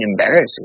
Embarrassing